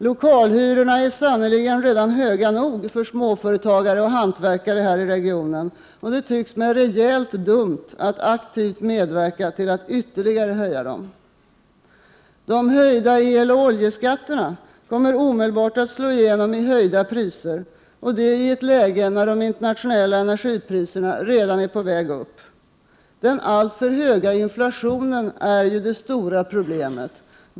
Lokalhyrorna är sannerligen redan höga nog för småföretagare och hantverkare i regionen, och det tycks mig rejält dumt att aktivt medverka till att höja dem ytterligare. De höjda eloch oljeskatterna kommer omedelbart att slå igenom i höjda priser, och det i ett läge när de internationella energipriserna redan är på väg upp. Den alltför höga inflationen är ju det stora problemet.